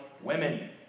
women